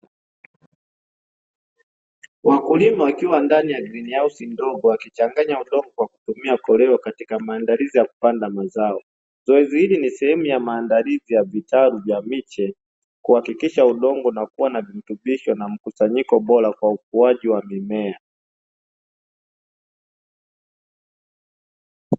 Wakulima wakiwa ndani ya grini hausi ndogo wakichanganya udongo kwa kutumia koleo katika maandalizi ya kupanda mazao. Zoezi hili ni sehemu ya maandalizi ya vitari vya miche kuhakikisha udongo unakuwa na virutubisho na mchanganyiko bora kwa ukuaji wa mimea.